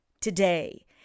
today